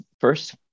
first